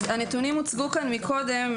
הנתונים הוצגו קודם.